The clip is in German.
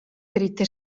dritter